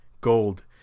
Gold